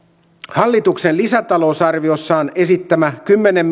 hallituksen lisätalousarviossaan esittämä kymmenen